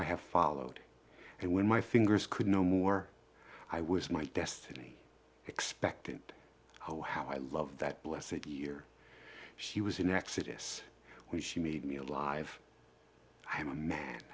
i have followed and when my fingers could no more i was my destiny expectant oh how i love that bless that year she was in exodus when she made me alive i am a man